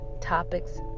topics